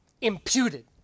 imputed